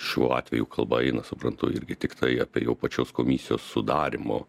šiuo atveju kalba eina suprantu irgi tiktai apie jau pačios komisijos sudarymo